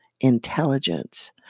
intelligence